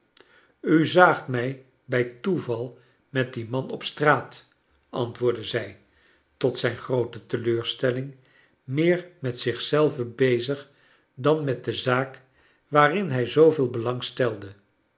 u zaagt mij bij toeval met dien man op straat antwoordde zij tot zijn groote teleurstelling meer met zich zelve bezig dan met de zaak waarin hij zooveel